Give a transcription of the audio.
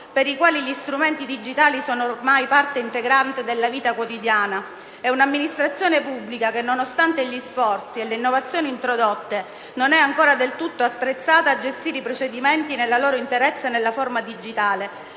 per i quali gli strumenti digitali sono ormai parte integrante della vita quotidiana, e un'amministrazione pubblica, che nonostante gli sforzi e le innovazioni introdotte, non è ancora del tutto attrezzata a gestire i procedimenti nella loro interezza nella forma digitale,